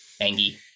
Angie